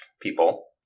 people